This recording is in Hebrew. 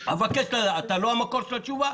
אתה לא המקור של התשובה,